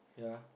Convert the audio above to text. yeah